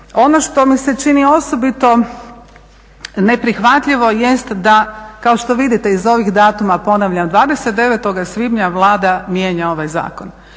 Ono što mi se čini osobito neprihvatljivo jest da kao što vidite iz ovih datuma ponavljam, 29. svibnja Vlada mijenja ovaj zakon